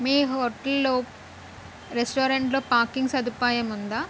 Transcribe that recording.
మీ హోటల్లో రెస్టారెంట్లో పాక్కింగ్ సదుపాయం ఉందా